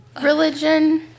religion